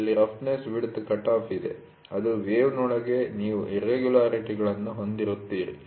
ಇಲ್ಲಿ roughness width cutoff ಇದೆ ಅದು ವೇವ್'ನೊಳಗೆ ನೀವು ಇರ್ರೆಗುಲರಿಟಿ'ಗಳನ್ನು ಹೊಂದಿರುತ್ತೀರಿ